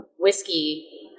Whiskey